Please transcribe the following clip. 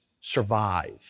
survive